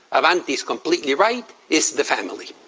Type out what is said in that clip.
avanti is completely right, is the family.